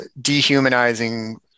dehumanizing